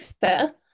fair